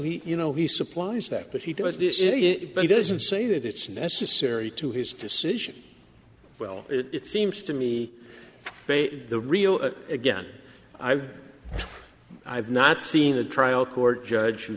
he you know he supplies that but he does this it doesn't say that it's necessary to his decision well it seems to me the real again i've i've not seen a trial court judge